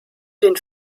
den